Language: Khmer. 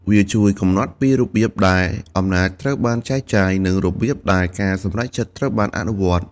វាជួយកំណត់ពីរបៀបដែលអំណាចត្រូវបានចែកចាយ និងរបៀបដែលការសម្រេចចិត្តត្រូវបានអនុវត្ត។